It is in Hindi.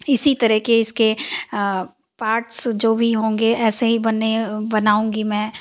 इसी तरह के इसके पार्ट्स जो भी होंगे ऐसे ही बने बनाऊंगी मैं